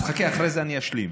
אז חכה, אחרי זה אני אשלים.